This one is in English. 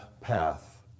path